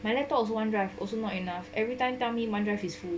my laptop also one drive also not enough every time tell me one drive is full